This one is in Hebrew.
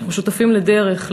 שותפים לדרך,